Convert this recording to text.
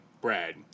Brad